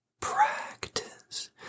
practice